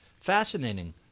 fascinating